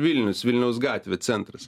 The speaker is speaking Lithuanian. vilnius vilniaus gatvė centras